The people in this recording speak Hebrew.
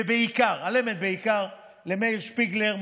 ובעיקר למאיר שפיגלר,